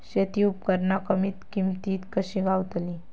शेती उपकरणा कमी किमतीत कशी गावतली?